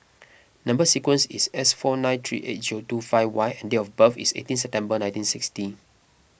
Number Sequence is S four nine three eight zero two five Y and date of birth is eighteen September nineteen sixty